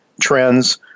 trends